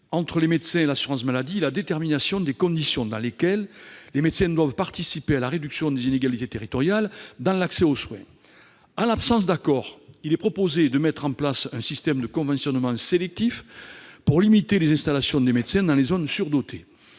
entre les médecins et l'assurance maladie la détermination des conditions dans lesquelles les médecins doivent participer à la réduction des inégalités territoriales dans l'accès aux soins. En l'absence d'accord, il est proposé de mettre en place un système de conventionnement sélectif, pour limiter les installations de médecins dans les zones surdotées.